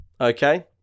okay